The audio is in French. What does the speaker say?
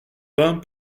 vingt